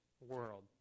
world